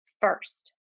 first